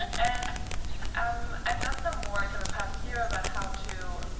and um i've done some work in the past year about how to,